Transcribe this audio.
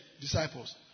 disciples